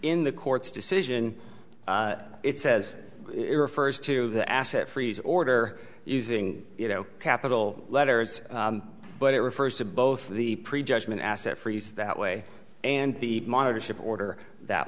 in the court's decision it says it refers to the asset freeze order using you know capital letters but it refers to both the prejudgment asset freeze that way and the monitor ship order that